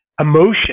emotion